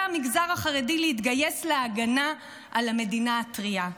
המגזר החרדי להתגייס להגנה על המדינה הטרייה.